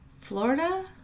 Florida